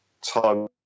time